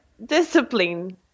discipline